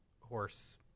horse